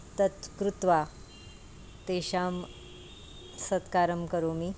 तत् कृत्वा तेषां सत्कारं करोमि